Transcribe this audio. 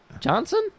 Johnson